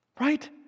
Right